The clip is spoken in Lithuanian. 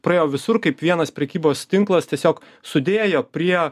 praėjo visur kaip vienas prekybos tinklas tiesiog sudėjo prie